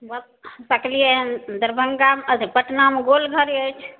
बस तकलिए हँ दरभङ्गा अथी पटनामे गोलघर अछि